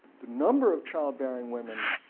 the number of childbearing women